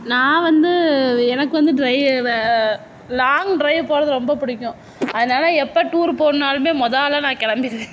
நான் வந்து எனக்கு வந்து ட்ரை வ லாங் ட்ரைவ் போகிறது ரொம்ப பிடிக்கும் அதனால எப்போ டூர் போணும்னாலுமே மொதல் ஆளாக நான் கிளம்பிடுவேன்